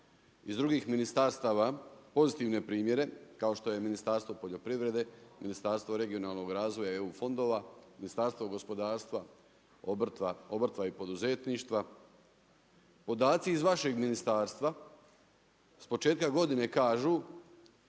iz drugih ministarstava pozitivne primjere kao što je Ministarstvo poljoprivrede, Ministarstvo regionalnog razvoja i EU fondova, Ministarstvo gospodarstva, obrta i poduzetništva. Podaci iz vašeg ministarstva s početka godine kažu